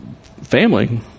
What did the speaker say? family